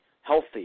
healthy